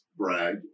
brag